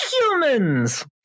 humans